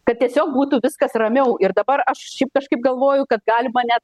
kad tiesiog būtų viskas ramiau ir dabar aš šiaip kažkaip galvoju kad galima net